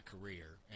career